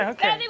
Okay